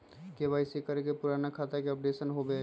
KYC करें से पुराने खाता के अपडेशन होवेई?